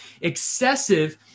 excessive